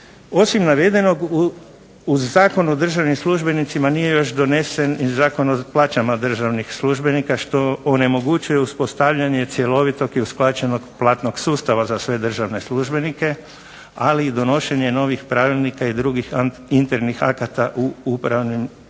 Osim navedenog uz Zakon o državnim službenicima nije još donesen i Zakon o plaćama državnih službenika što onemogućuje uspostavljanje cjelovitog i usklađenog platnog sustava za sve državne službenike, ali i donošenje novih pravilnika i drugih internih akata u upravnim